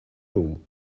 room